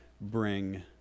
bring